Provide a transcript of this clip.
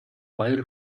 баяр